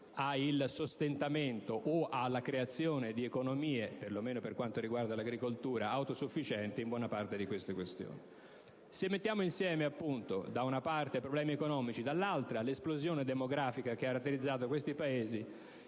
al sostentamento o alla creazione di economie - per lo meno per quanto riguarda l'agricoltura - autosufficienti in buona parte di questi Paesi. Se mettiamo insieme, appunto, da una parte i problemi economici e, dall'altra, l'esplosione demografica che ha caratterizzato questi Paesi,